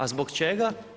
A zbog čega?